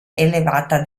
elevata